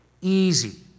easy